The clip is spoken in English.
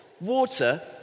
Water